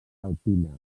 alpina